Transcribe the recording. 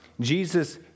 Jesus